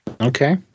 Okay